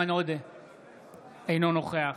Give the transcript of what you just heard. אינו נוכח